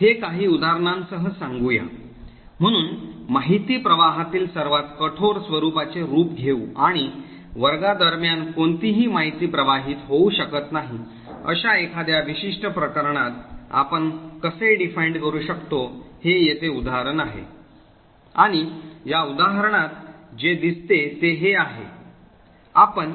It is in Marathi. हे काही उदाहरणांसह सांगूया म्हणून माहिती प्रवाहातील सर्वात कठोर स्वरूपाचे रूप घेऊ आणि वर्गांदरम्यान कोणतीही माहिती प्रवाहित होऊ शकत नाही अशा एखाद्या विशिष्ट प्रकरणात आपण कसे परिभाषित करू शकतो हे येथे उदाहरण आहे आणि या उदाहरणात जे दिसते ते हे आहे आपण